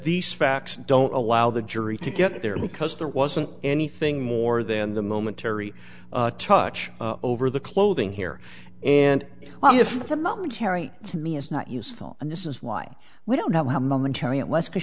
these facts don't allow the jury to get there because there wasn't anything more than the momentary touch over the clothing here and what if the momentary to me is not useful and this is why we don't know how momentary it was because